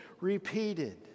repeated